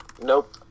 Nope